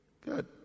Good